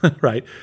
right